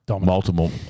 multiple